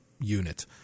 unit